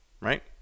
right